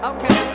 Okay